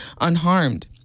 unharmed